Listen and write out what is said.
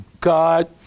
God